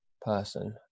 person